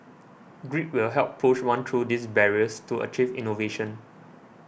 grit will help push one through these barriers to achieve innovation